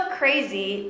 crazy